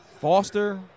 Foster